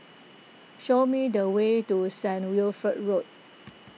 show me the way to Saint Wilfred Road